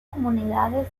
comunidades